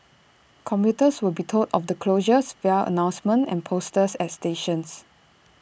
commuters will be told of the closures via announcements and posters at stations